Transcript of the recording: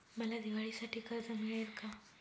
मला दिवाळीसाठी कर्ज मिळेल का?